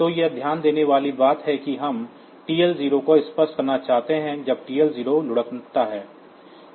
तो यह ध्यान देने वाली बात है कि हमें टीएल 0 को स्पष्ट करना चाहिए जब टीएल 0 लुढ़कता है